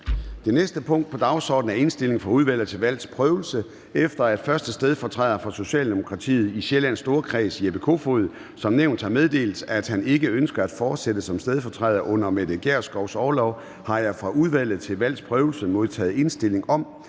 Det næste punkt på dagsordenen er: 3) Indstilling fra Udvalget til Valgs Prøvelse: Kl. 13:00 Formanden (Søren Gade): Efter at 1. stedfortræder for Socialdemokratiet i Sjællands Storkreds, Jeppe Kofod, som nævnt har meddelt, at han ikke ønsker at fortsætte som stedfortræder under Mette Gjerskovs orlov, har jeg fra Udvalget til Valgs Prøvelse modtaget indstilling om,